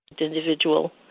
individual